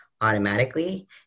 automatically